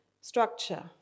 structure